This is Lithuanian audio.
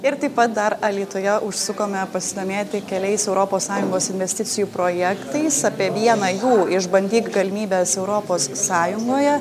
ir taip pat dar alytuje užsukome pasidomėti keliais europos sąjungos investicijų projektais apie vieną jų išbandyt galimybes europos sąjungoje